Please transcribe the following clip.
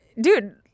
dude